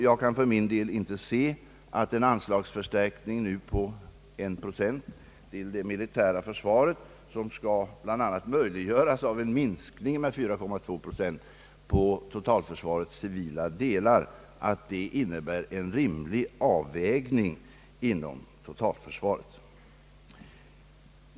Jag kan för min del inte se att en anslagsförstärkning på 1 procent till det militära försvaret, som bl.a. skall möjliggöras av en minskning med 4,2 procent på totalförsvarets civila delar, innebär en rimlig avvägning inom totalförsvaret.